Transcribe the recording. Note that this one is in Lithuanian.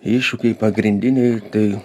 iššūkiai pagrindiniai tai